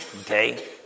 Okay